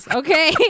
okay